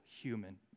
human